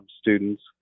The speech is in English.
students